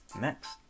next